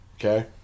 Okay